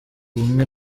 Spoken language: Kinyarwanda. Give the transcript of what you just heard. bumwe